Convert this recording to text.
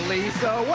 Lisa